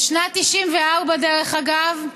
בשנת 1994, דרך אגב,